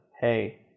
hey